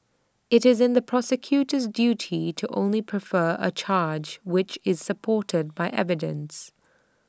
IT is the prosecutor's duty to only prefer A charge which is supported by evidence